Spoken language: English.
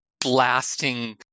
blasting